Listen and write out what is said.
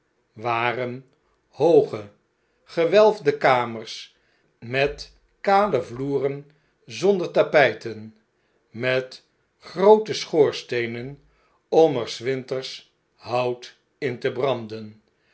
waren hooge gewelfde kamers met kalevloeren zonder tapijten met groote schoorsteenen om er s winters hout in te branden